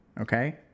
Okay